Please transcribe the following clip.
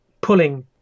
pulling